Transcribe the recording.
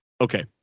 Okay